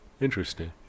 Interesting